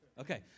Okay